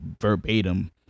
verbatim